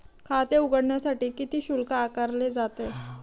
खाते उघडण्यासाठी किती शुल्क आकारले जाते?